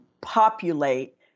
populate